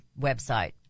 website